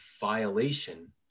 violation